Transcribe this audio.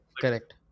Correct